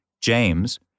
James